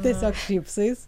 tiesiog šypsais